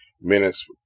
minutes